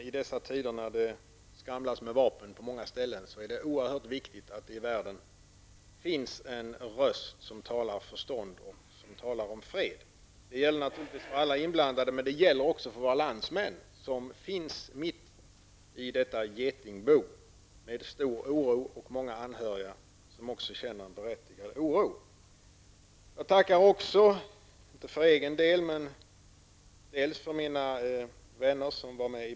I dessa tider när det skramlas med vapen på många ställen är det oerhört viktigt att det i världen finns en röst som talar om förstånd och fred. Det gäller naturligtvis för alla inblandade, men det gäller också för våra landsmän som finns mitt i detta getingbo med stor oro. De har många anhöriga som också känner en berättigad oro. Jag vill rikta ytterligare tack till utrikesministern, men inte är för egen del.